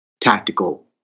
tactical